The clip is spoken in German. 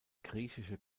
griechische